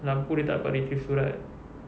lampu dia tak dapat retrieve surat